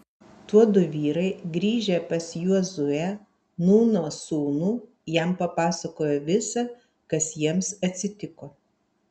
tuodu vyrai grįžę pas jozuę nūno sūnų jam papasakojo visa kas jiems atsitiko